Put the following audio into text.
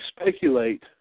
speculate